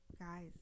guys